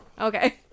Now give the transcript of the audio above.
Okay